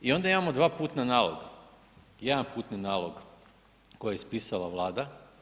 I onda imamo dva putna naloga, jedan putni nalog koji je ispisala Vlada.